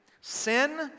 sin